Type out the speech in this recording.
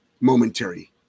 momentary